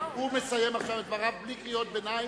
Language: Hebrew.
הוא מסיים עכשיו את דבריו בלי קריאות ביניים.